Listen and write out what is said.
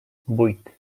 vuit